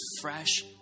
fresh